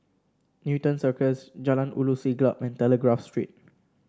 Newton Circus Jalan Ulu Siglap and Telegraph Street